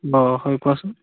অঁ হয় কোৱাচোন